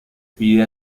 pide